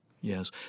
Yes